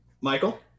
Michael